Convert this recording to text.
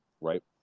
right